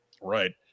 Right